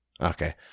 Okay